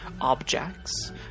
objects